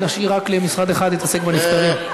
ונשאיר רק למשרד אחד להתעסק בנפטרים.